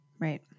Right